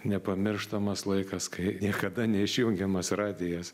nepamirštamas laikas kai niekada neišjungiamas radijas